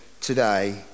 today